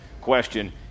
question